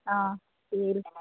অঁ তিল